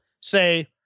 say